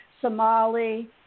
Somali